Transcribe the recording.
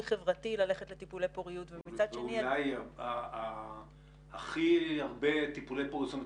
חברתי ללכת לטיפולי פוריות -- זה אולי הכי הרבה טיפולי פוריות,